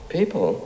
People